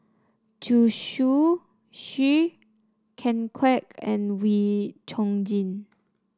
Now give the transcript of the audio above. Zhu Xu Ken Kwek and Wee Chong Jin